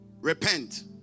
repent